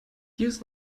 use